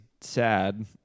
sad